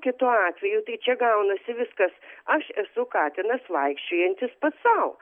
kitu atveju tai čia gaunasi viskas aš esu katinas vaikščiojantis pats sau